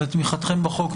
לתמיכתכם בחוק,